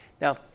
Now